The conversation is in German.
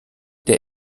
der